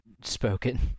spoken